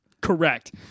Correct